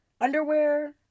Underwear